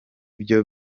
byo